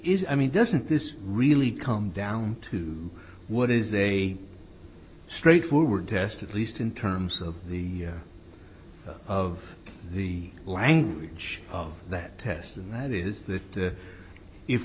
is i mean doesn't this really come down to what is a straightforward test at least in terms of the of the language of that test and that is that